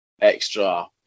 extra